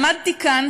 עמדתי כאן,